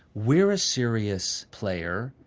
we're a serious player.